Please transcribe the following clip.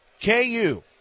KU